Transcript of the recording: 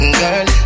girl